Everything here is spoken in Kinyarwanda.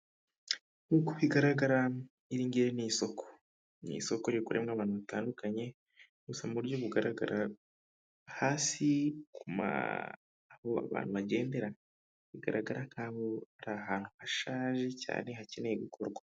Nk'uko bigaraga, iri ngiri ni isoko. Ni isoko rikoreramo abantu batandukanye. Gusa mu buryo bugaragara hasi aho abantu bagendera, bigaragara nk'aho ari ahantu hashaje cyane hakeneye gukorwa.